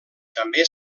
també